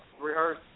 rehearse